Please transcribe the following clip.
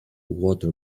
water